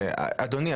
אדוני,